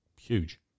Huge